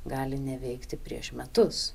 gali neveikti prieš metus